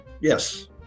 Yes